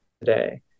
today